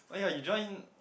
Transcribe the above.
oh ya you join